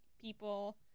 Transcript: people